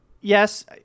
yes